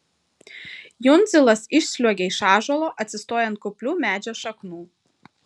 jundzilas išsliuogia iš ąžuolo atsistoja ant kuplių medžio šaknų